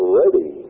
ready